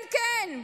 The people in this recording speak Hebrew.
כן, כן,